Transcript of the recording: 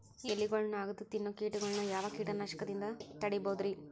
ಎಲಿಗೊಳ್ನ ಅಗದು ತಿನ್ನೋ ಕೇಟಗೊಳ್ನ ಯಾವ ಕೇಟನಾಶಕದಿಂದ ತಡಿಬೋದ್ ರಿ?